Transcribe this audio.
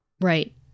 Right